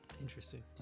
Interesting